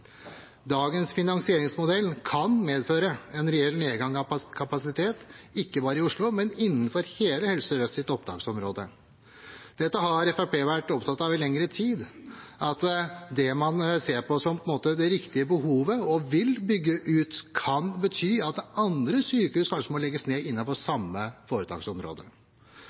Dagens finansieringsmodell kan medføre en reell nedgang av kapasitet, ikke bare i Oslo, men innenfor hele Helse Sør-Øst sitt opptaksområde. Dette har Fremskrittspartiet vært opptatt av i lengre tid, at det man ser på som det riktige behovet og vil bygge ut, kan bety at andre sykehus kanskje må legges ned innenfor samme foretaksområde.